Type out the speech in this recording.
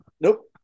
Nope